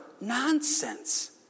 nonsense